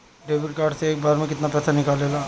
Debit card से एक बार मे केतना पैसा निकले ला?